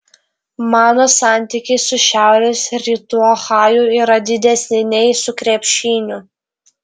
mano santykiai su šiaurės rytų ohaju yra didesni nei su krepšiniu